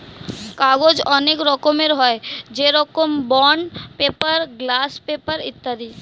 কাগজ অনেক রকমের হয়, যেরকম বন্ড পেপার, গ্লাস পেপার ইত্যাদি